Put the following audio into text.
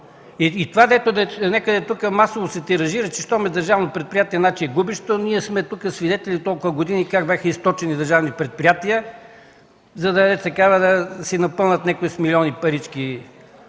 И това, дето тук масово се тиражира, че щом е държавно предприятие, значи е губещо, ние сме тук свидетели от толкова години как бяха източени държавни предприятия, за да се напълнят някои с милиони парички.